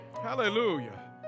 Hallelujah